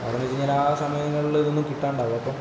കാരണമെന്താണെന്ന് വെച്ച് കഴിഞ്ഞാൽ ആ സമയങ്ങളിൽ ഇതൊന്നും കിട്ടാണ്ടാകും